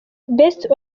best